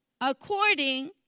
According